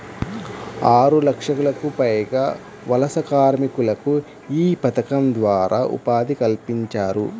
ఆరులక్షలకు పైగా వలస కార్మికులకు యీ పథకం ద్వారా ఉపాధి కల్పించారు